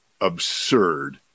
absurd